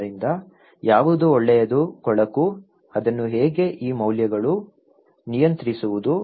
ಆದ್ದರಿಂದ ಯಾವುದು ಒಳ್ಳೆಯದು ಕೊಳಕು ಅದನ್ನು ಹೇಗೆ ಈ ಮೌಲ್ಯಗಳು ನಿಯಂತ್ರಿಸುವುದು